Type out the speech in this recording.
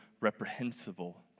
reprehensible